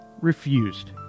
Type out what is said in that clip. refused